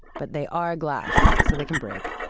but they are glass, so they can break.